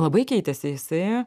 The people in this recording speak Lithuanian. labai keitėsi jisai